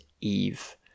Eve